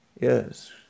Yes